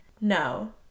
No